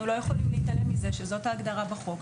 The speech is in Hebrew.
אנחנו לא יכולים להתעלם מזה שזאת ההגדרה בחוק.